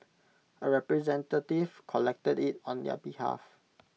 A representative collected IT on their behalf